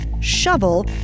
shovel